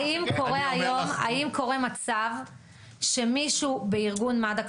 האם קורה מצב שמישהו בארגון מד"א,